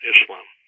Islam